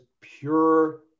pure